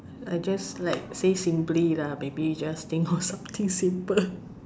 I guess like say simply lah maybe just think of something simple